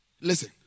Listen